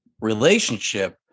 relationship